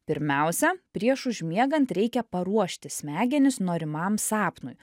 pirmiausia prieš užmiegant reikia paruošti smegenis norimam sapnui